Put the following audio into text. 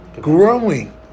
growing